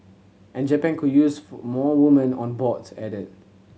and Japan could useful more women on boards added